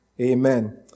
Amen